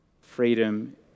freedom